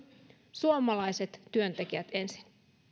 suomalaiset työntekijät ensin